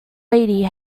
lady